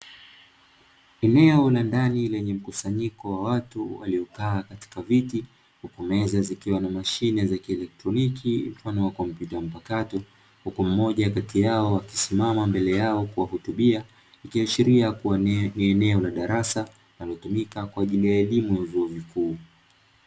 Eneo la ndani lenye mkusanyiko wa watu walio kaa katika viti, huku meza zikiwa na mashine ya kieletroniki mfano wa kompyuta mpakato, huku mmoja kati yao akisimama mbele yao kuwahutubia, ikiashiria ni eneo la darasa linalotumika kwa ajili ya elimu ya vyuo vikuu.